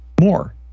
More